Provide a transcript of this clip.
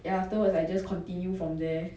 then afterwards I just continue from there